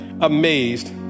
amazed